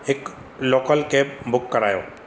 हिकु local cab book करायो